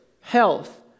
health